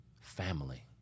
Family